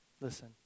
listen